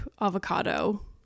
avocado